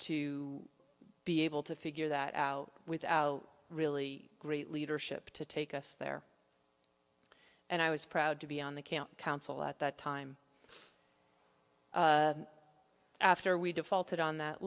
to be able to figure that out with really great leadership to take us there and i was proud to be on the camp council at that time after we defaulted on th